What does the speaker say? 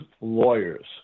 lawyers